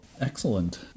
Excellent